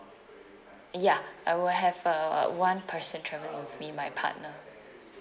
ya I will have uh uh one person travelling with me my partner